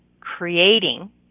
creating